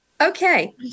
Okay